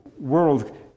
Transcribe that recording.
world